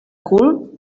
cul